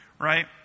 right